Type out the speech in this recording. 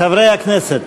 חברי הכנסת,